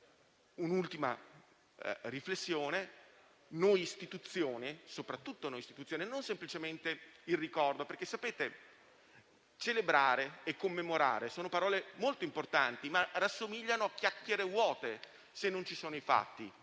un'ultima riflessione - soprattutto a noi come istituzione, non semplicemente il ricordo. Celebrare e commemorare sono parole molto importanti, ma assomigliano a chiacchiere vuote, se non ci sono i fatti.